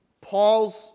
Paul's